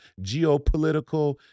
geopolitical